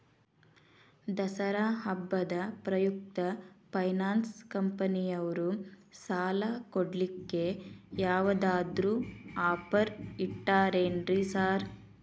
ದಸರಾ ಹಬ್ಬದ ಪ್ರಯುಕ್ತ ಫೈನಾನ್ಸ್ ಕಂಪನಿಯವ್ರು ಸಾಲ ಕೊಡ್ಲಿಕ್ಕೆ ಯಾವದಾದ್ರು ಆಫರ್ ಇಟ್ಟಾರೆನ್ರಿ ಸಾರ್?